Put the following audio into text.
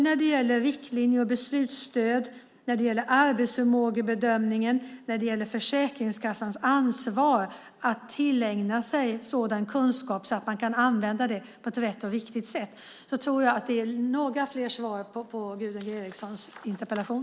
När det gäller riktlinjer och beslutsstöd, arbetsförmågebedömningen och Försäkringskassans ansvar att tillägna sig sådan kunskap att man kan använda den på ett riktigt sätt tror jag att jag har gett några fler svar på Gunvor G Ericsons interpellation.